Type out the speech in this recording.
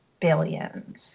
billions